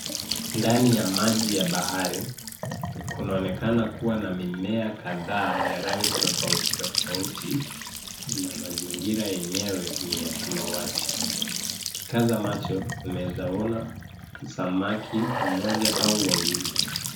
Ndani ya maji ya bahari kunaonekana kuwa na mimea kadhaa ya rangi tofauti tofauti na mazingira yenyewe ni ya samawati. ukikaza macho unaeza mwona samaki mmoja au wawili.